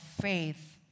faith